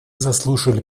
заслушали